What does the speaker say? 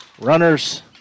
runners